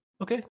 Okay